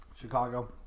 Chicago